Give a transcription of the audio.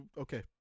okay